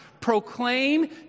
Proclaim